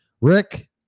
Rick